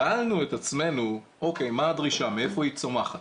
שאלנו את עצמנו מה הדרישה ומאיפה היא צומחת,